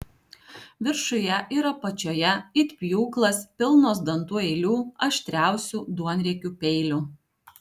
viršuje ir apačioje it pjūklas pilnos dantų eilių aštriausių duonriekių peilių